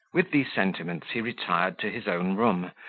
with these sentiments he retired to his own room,